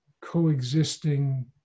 coexisting